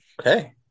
Okay